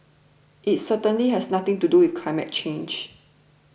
it certainly has nothing to do with climate change